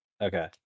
Okay